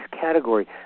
category